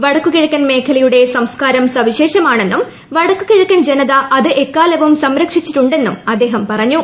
വടക്കു കിഴക്കൻ മേഖലയുടെ സംസ്ക്കാരം സവിശേഷമാണെന്നും വടക്കു കിഴക്കൻ ജനത അത് എക്കാലവും സംരക്ഷിച്ചിട്ടുണ്ടെന്നും അദ്ദേഹം പറഞ്ഞു